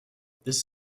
this